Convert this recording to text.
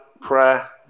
prayer